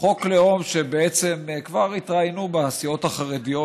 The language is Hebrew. בעצם כבר התראיינו בסיעות החרדיות,